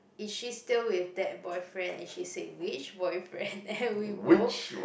is she still with that boyfriend and she said which boyfriend and we both